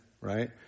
right